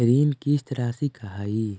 ऋण किस्त रासि का हई?